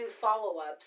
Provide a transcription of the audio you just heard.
follow-ups